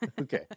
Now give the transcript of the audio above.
Okay